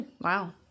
Wow